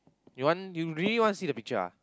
you want you really want see the picture ah